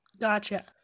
Gotcha